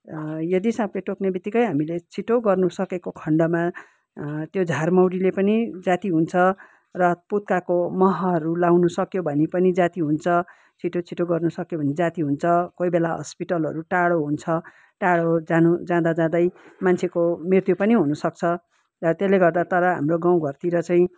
यदि साँपले टोक्नेबितिक्कै हामीले छिटो गर्नुसकेको खन्डमा त्यो झारमौरीले पनि जाती हुन्छ र पुत्काको महहरू लगाउनुसक्यो भने पनि जाती हुन्छ छिटो छिटो गर्नुसक्यो भने जाती हुन्छ कोही बेला हस्पिटलहरू टाढो हुन्छ टाढो जानु जाँदाजाँदै मान्छेको मृत्यु पनि हुनसक्छ र त्यसले गर्दा तर हाम्रो गाउँघरतिर चाहिँ